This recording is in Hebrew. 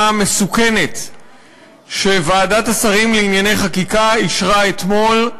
מסוכנת שוועדת השרים לענייני חקיקה אישרה אתמול,